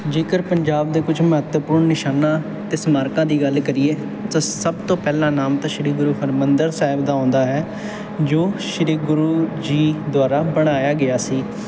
ਜੇਕਰ ਪੰਜਾਬ ਦੇ ਕੁਝ ਮਹੱਤਵਪੂਰਨ ਨਿਸ਼ਾਨਾਂ ਅਤੇ ਸਮਾਰਕਾਂ ਦੀ ਗੱਲ ਕਰੀਏ ਤਾਂ ਸਭ ਤੋਂ ਪਹਿਲਾਂ ਨਾਮ ਤਾਂ ਸ਼੍ਰੀ ਗੁਰੂ ਹਰਿਮੰਦਰ ਸਾਹਿਬ ਦਾ ਆਉਂਦਾ ਹੈ ਜੋ ਸ਼੍ਰੀ ਗੁਰੂ ਜੀ ਦੁਆਰਾ ਬਣਾਇਆ ਗਿਆ ਸੀ